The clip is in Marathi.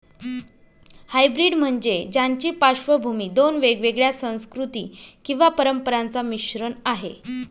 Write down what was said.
हायब्रीड म्हणजे ज्याची पार्श्वभूमी दोन वेगवेगळ्या संस्कृती किंवा परंपरांचा मिश्रण आहे